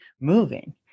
moving